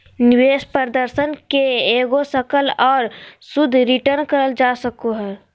निवेश प्रदर्शन के एगो सकल और शुद्ध रिटर्न कहल जा सको हय